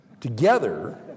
Together